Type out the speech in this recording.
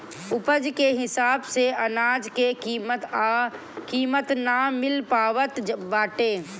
उपज के हिसाब से अनाज के कीमत ना मिल पावत बाटे